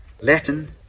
Latin